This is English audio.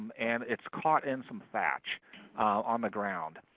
and it's caught in some thatch on the ground.